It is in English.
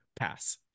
Pass